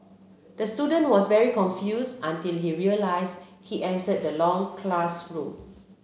the student was very confuse until he realise he entered the long classroom